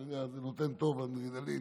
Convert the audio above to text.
אתה יודע, זה נותן טוב, אדרנלין